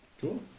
Cool